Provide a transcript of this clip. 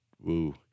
woo